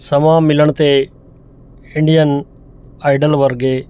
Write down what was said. ਸਮਾਂ ਮਿਲਣ 'ਤੇ ਇੰਡੀਅਨ ਆਈਡਲ ਵਰਗੇ